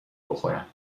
بخورم